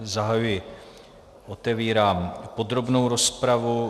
Zahajuji, otevírám podrobnou rozpravu.